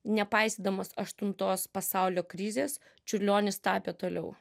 nepaisydamas aštuntos pasaulio krizės čiurlionis tapė toliau